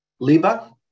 Leba